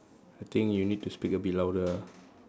I think you need to speak a bit louder ah